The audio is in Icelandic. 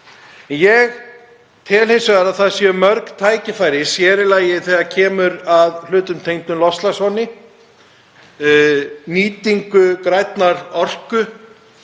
Ég tel hins vegar að það séu mörg tækifæri, sér í lagi þegar kemur að hlutum tengdum loftslagsvánni, nýtingu grænnar orku